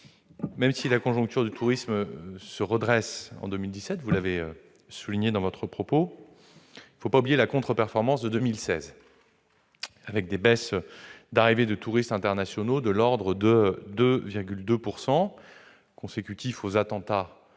Même si la conjoncture du tourisme se redresse en 2017, vous l'avez souligné dans votre propos, il ne faut pas oublier la contre-performance de 2016- baisse du nombre d'arrivées de touristes internationaux de 2,2 %-, consécutive aux attentats terribles